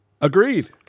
Agreed